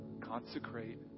consecrate